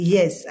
Yes